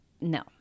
no